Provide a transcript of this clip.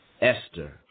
Esther